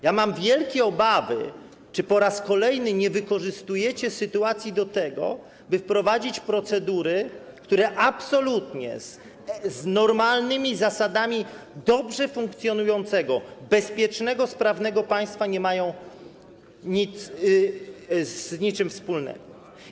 Ja mam wielkie obawy, czy po raz kolejny nie wykorzystujecie sytuacji do tego, by wprowadzić procedury, które z normalnymi zasadami dobrze funkcjonującego, bezpiecznego, sprawnego państwa nie mają absolutnie nic wspólnego.